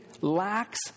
lacks